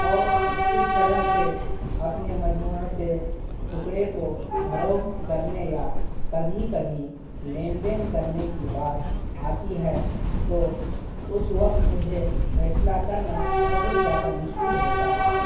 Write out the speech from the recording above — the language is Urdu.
اور اس طرح سے اپنے سے ٹکڑے کو فروخت کرنے یا کبھی کبھی لین دین کرنے کی بات آتی ہے تو اس وقت مجھے فیصلہ کرنا بہت زیادہ مشکل ہوتا ہے